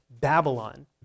Babylon